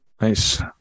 nice